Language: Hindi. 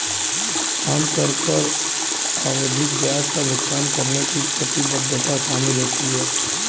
आम तौर पर आवधिक ब्याज का भुगतान करने की प्रतिबद्धता शामिल होती है